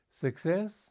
Success